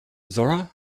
zora